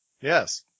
yes